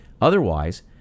Otherwise